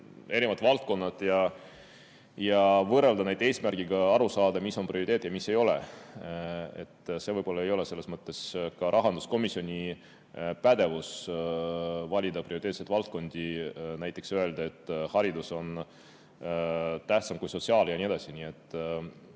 erinevad valdkonnad ja võrrelda neid eesmärgiga aru saada, mis on prioriteetne ja mis ei ole. See võib-olla ei ole selles mõttes ka rahanduskomisjoni pädevus valida prioriteetseid valdkondi, näiteks öelda, et haridus on tähtsam kui sotsiaal[valdkond]